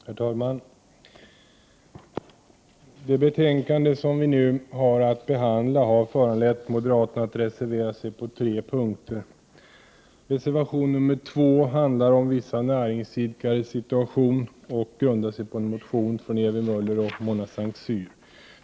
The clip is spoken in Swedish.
Herr talman! Det betänkande som vi nu behandlar har föranlett moderaterna att reservera sig på tre punkter. Reservation nr 2 handlar om vissa näringsidkares situation och grundar sig på en motion av Ewy Möller och Mona Saint Cyr.